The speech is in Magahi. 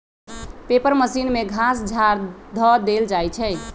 पेपर मशीन में घास झाड़ ध देल जाइ छइ